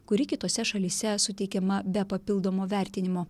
kuri kitose šalyse suteikiama be papildomo vertinimo